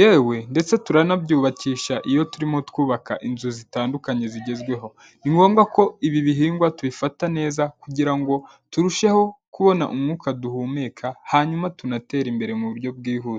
yewe ndetse turanabyubakisha iyo turimo twubaka inzu zitandukanye zigezweho. Ni ngombwa ko ibi bihingwa tubifata neza kugirango turusheho kubona umwuka duhumeka, hanyuma tunatere imbere mu buryo bwihuse.